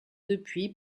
depuis